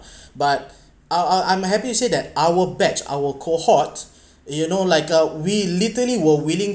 but I I'm happy to say that our batch our cohort you know like uh we literally were willing